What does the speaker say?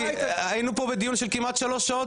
היינו כאן בדיון של כמעט שלוש שעות